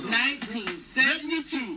1972